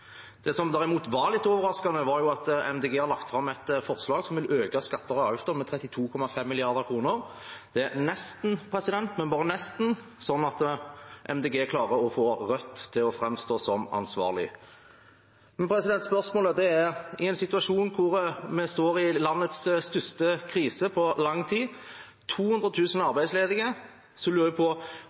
Det som derimot var litt overraskende, er at Miljøpartiet De Grønne har lagt fram et forslag som vil øke skatter og avgifter med 32,5 mrd. kr. Det er nesten – men bare nesten – slik at Miljøpartiet De Grønne klarer å få Rødt til å framstå som ansvarlig. Spørsmålet er: I en situasjon der vi står i landets største krise på lang tid, med 200 000 arbeidsledige, lurer jeg på